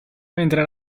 mentre